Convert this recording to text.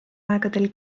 aegadel